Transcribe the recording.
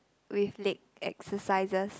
with leg exercises